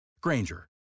Granger